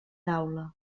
taula